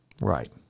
Right